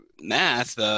math